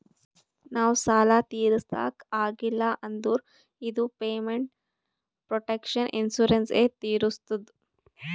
ನಾವ್ ಸಾಲ ತಿರುಸ್ಲಕ್ ಆಗಿಲ್ಲ ಅಂದುರ್ ಇದು ಪೇಮೆಂಟ್ ಪ್ರೊಟೆಕ್ಷನ್ ಇನ್ಸೂರೆನ್ಸ್ ಎ ತಿರುಸ್ತುದ್